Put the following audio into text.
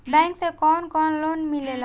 Bank से कौन कौन लोन मिलेला?